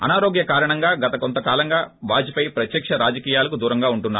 అనారోగ్యం కారణంగా గత కొంత కాలంగా వాజ్పేయ్ ప్రత్యక్ష రాజకీయాలకు దూరంగా ఉంటున్నారు